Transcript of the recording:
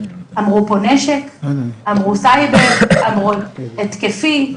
אמרו פה נשק, אמרו סייבר, אמרו התקפי.